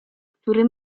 który